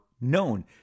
known